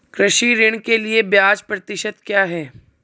कृषि ऋण के लिए ब्याज प्रतिशत क्या है?